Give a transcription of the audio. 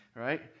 Right